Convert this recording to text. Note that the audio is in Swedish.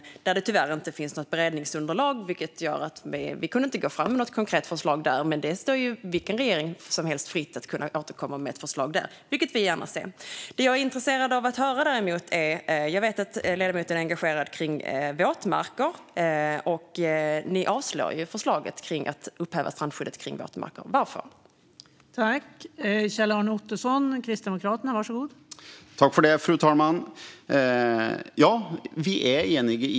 Där finns det tyvärr inget beredningsunderlag. Därför kunde vi inte gå fram med något konkret förslag där. Men det står vilken regering som helst fritt att återkomma med ett förslag där, vilket vi gärna ser. Däremot är jag intresserad av att få höra en annan sak. Jag vet att ledamoten är engagerad i våtmarker. Men ni avstyrker förslaget om att upphäva strandskyddet kring våtmarker, Kjell-Arne Ottosson.